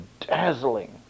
dazzling